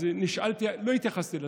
לא התייחסתי לזה,